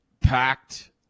packed